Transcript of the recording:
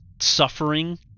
suffering